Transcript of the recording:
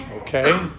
Okay